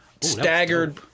staggered